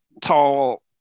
tall